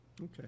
Okay